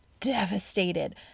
devastated